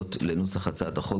והתייחסויות לנוסח הצעת החוק,